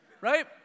Right